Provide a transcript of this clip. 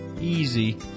easy